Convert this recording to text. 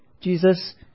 Jesus